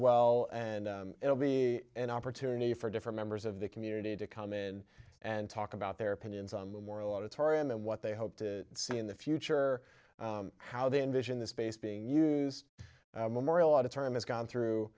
well and it'll be an opportunity for different members of the community to come in and talk about their opinions on memorial auditorium and what they hope to see in the future how they envision this space being used memorial auditorium is gone through